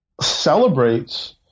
celebrates